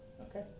Okay